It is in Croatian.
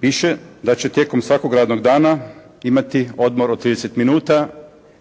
Piše da će tijekom svakog radnog dana imati odmor od 30 minuta,